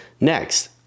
next